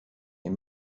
est